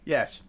Yes